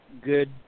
good